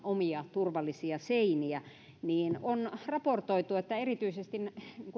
omia turvallisia seiniä niin on raportoitu että erityisesti